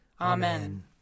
Amen